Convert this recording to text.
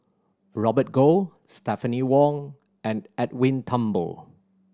Robert Goh Stephanie Wong and Edwin Thumboo